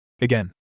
Again